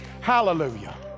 Hallelujah